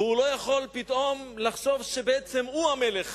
והוא לא יכול פתאום לחשוב שבעצם הוא המלך,